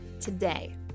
Today